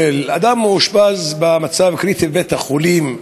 או אדם שמאושפז במצב קריטי בבית-החולים,